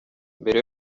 mbere